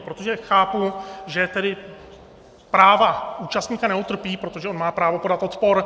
Protože chápu, že tedy práva účastníka neutrpí, protože on má právo podat odpor.